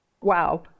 Wow